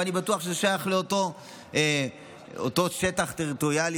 ואני בטוח שזה שייך לאותו שטח טריטוריאלי,